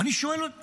ואני שואל את עצמי,